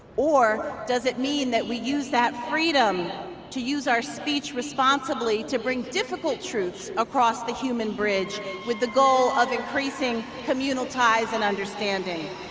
or does it mean that we use that freedom to use our speech responsibly to bring difficult truths across the human bridge with the goal of increasing communal ties and understanding.